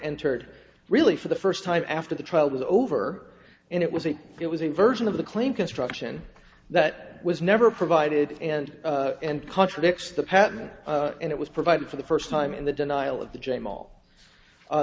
entered really for the first time after the trial was over and it was that it was a version of the claim construction that was never provided and and contradicts the patent and it was provided for the first time in the denial of the j mall